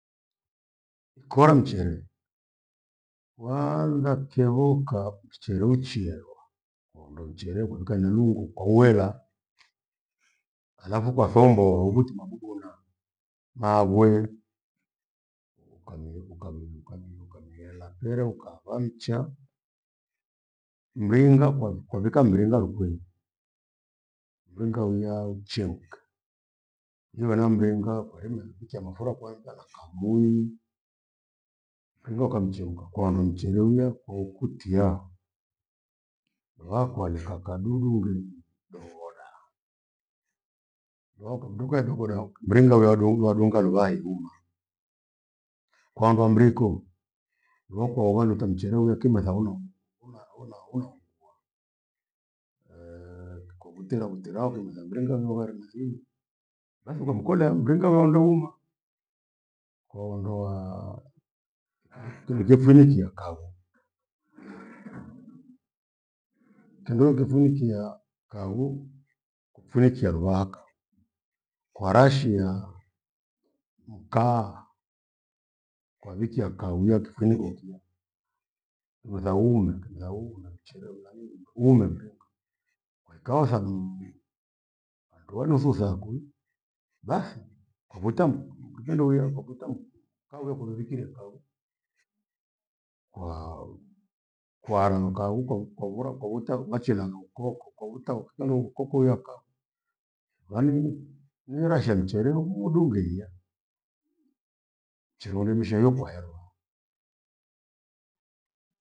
Ikora mchere, waa lugha khevoka mchere uchierwa. Waunda mchere kwaluka hena lungo kwauwela halafu kwa thombo huvuti mabubu henaa na magwee ukamiu- ukamiu- ukamiu- ukamiu- ukamihela pere ukava mcha. Mringa kwavika mringa rukwenyi, mringa wiaa uchemka, iwe na mringa kwairima uvikia mafura kwanza na kamunyu. Mringa ukamchemka kwaondoa mchere uya kwaukutiaa vaakwalikwa kadudungenyi doghoda. Vakamdunga edeghoda mringa huya du- wadunga luvahai ihuma. Kwaondoa mriko, rua kwa uvandu uta mchere huya kimetha vono huna- huna hungua kwakutira kutira ukemtha mringa holevarithinyi, bathi kwavukola mringa ule waunde uma. Kwaondoa kindu chefunikia kawa kindo ekefunikia kwanguu funikia luvaha kawi kwarashia mkaa kwavikia kawi akifuniko kia nithauni- nithau na mchere unanini kuume mere ikawa thalimu. Nduanusu sakwi bathi kwavita mrungu mlukindo huya kwavita mrungu kauya kurevikire thau kwaarama kau, kwauvora kwawita ruvachela naukoko kwauwita ukinuu kokuya kawi vanenii nirashia mchere rumudughehiya mchere wandemishwa hiyo kwaherwa